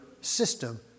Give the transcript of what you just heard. system